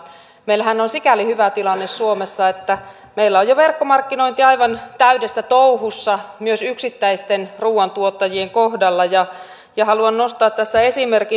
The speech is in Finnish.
meillähän on sikäli hyvä tilanne suomessa että meillä on jo verkkomarkkinointi aivan täydessä touhussa myös yksittäisten ruoantuottajien kohdalla ja haluan nostaa tässä esimerkin